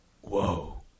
Whoa